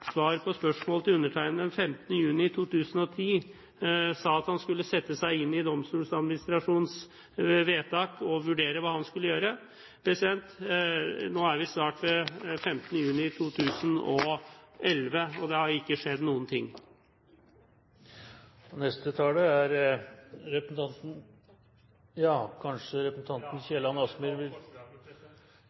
svar på spørsmål til undertegnede den 25. juni 2010 sa at han skulle sette seg inn i Domstoladministrasjonens vedtak og vurdere hva han skulle gjøre. Nå er det snart 25. juni 2011, og det har ikke skjedd noen ting. Jeg tar herved opp forslaget fra Fremskrittspartiet og Høyre. Representanten